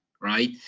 right